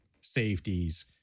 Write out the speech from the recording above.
safeties